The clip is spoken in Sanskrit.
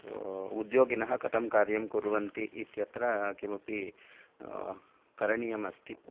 उद्योगिनः कथं कार्यं कुर्वन्ति इति इत्यत्र किमपि करणीयमस्ति